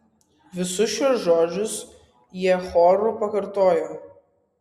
visus šiuos žodžius jie choru pakartojo